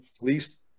least